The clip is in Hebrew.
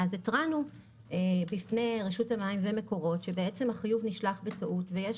אז התרענו בפני רשות המים ומקורות שהחיוב נשלח בטעות ויש